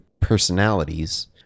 personalities